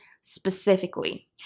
specifically